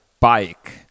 bike